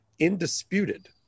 indisputed